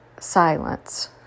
silence